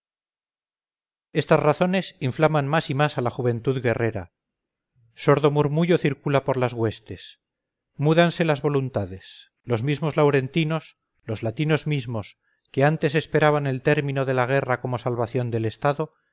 estas razones inflaman más y más a la juventud guerrera sordo murmullo circula por las huestes múdanse las voluntades los mismos laurentinos los latinos mismos que antes esperaban el término de la guerra como la salvación del estado